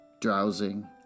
drowsing